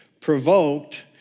provoked